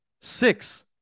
Six